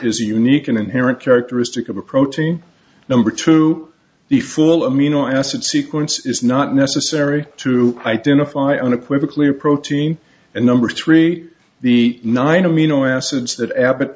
a unique and inherent characteristic of a protein number two the full amino acid sequence is not necessary to identify unequivocally a protein and number three the nine amino acids that abbott